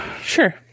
Sure